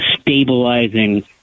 stabilizing